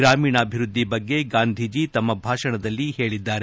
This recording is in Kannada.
ಗ್ರಾಮೀಣಾಭಿವೃದ್ದಿ ಬಗ್ಗೆ ಗಾಂಧೀಜಿ ತಮ್ಮ ಭಾಷಣದಲ್ಲಿ ಹೇಳಿದ್ದಾರೆ